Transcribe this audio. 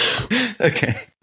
Okay